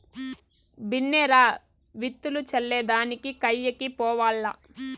బిన్నే రా, విత్తులు చల్లే దానికి కయ్యకి పోవాల్ల